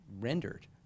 rendered